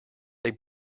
they